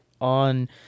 on